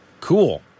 Cool